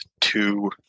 two